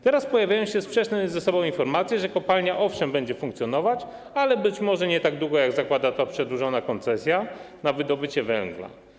Teraz pojawiają się sprzeczne informacje, że kopalnia, owszem, będzie funkcjonować, ale być może nie tak długo, jak zakłada to przedłużona koncesja na wydobycie węgla.